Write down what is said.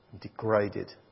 degraded